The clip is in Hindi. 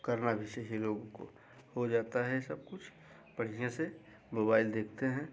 करना भी चाहिए लोगों को हो जाता है सब कुछ बढ़िया से मोबाईल देखते हैं